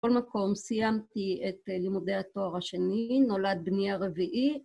‫בכל מקום סיימתי את לימודי התואר השני, ‫נולד בני הרביעי.